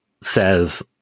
says